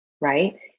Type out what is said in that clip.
right